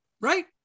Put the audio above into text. right